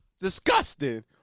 Disgusting